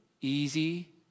easy